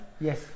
Yes